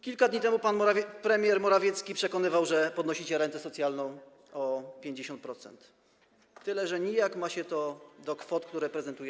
Kilka dni temu pan premier Morawiecki przekonywał, że podnosicie rentę socjalną o 50%, tyle że nijak ma się to do kwot, które prezentuje